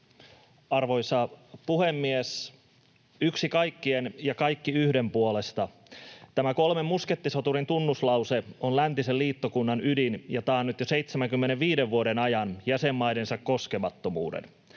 Arvoisa puhemies! ”Yksi kaikkien ja kaikki yhden puolesta.” Tämä kolmen muskettisoturin tunnuslause on läntisen liittokunnan ydin ja taannut jo 75 vuoden ajan jäsenmaidensa koskemattomuuden.